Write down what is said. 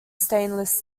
stainless